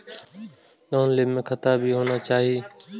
Loan लेबे में खाता भी होना चाहि?